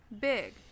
big